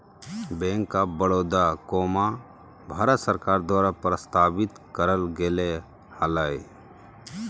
bank of Baroda, भारत सरकार द्वारा प्रस्तावित करल गेले हलय